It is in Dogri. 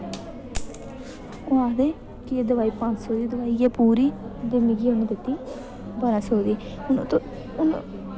कि एह् दवाई पंज सौ दी दवाई ऐ पूरी दे मिगी उ'नें दित्ती बारां सौ दी